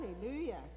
Hallelujah